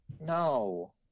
No